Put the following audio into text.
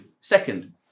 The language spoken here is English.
second